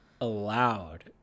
allowed